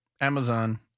Amazon